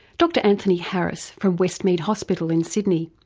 dr anthony harris from westmead hospital in sydney.